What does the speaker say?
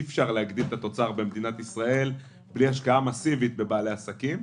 אי אפשר להגדיל את התוצר במדינת ישראל בלי השקעה מאסיבית בבעלי עסקים.